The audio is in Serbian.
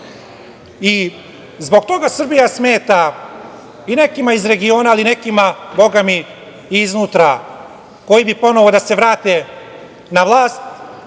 i zbog toga Srbija smeta i nekima iz regiona i nekima Boga mi, iznutra koji bi ponovo da se vrate na vlast,